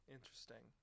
Interesting